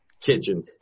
Kitchen